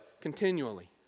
continually